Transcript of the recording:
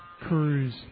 cruise